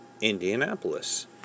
Indianapolis